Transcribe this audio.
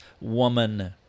woman